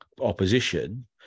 opposition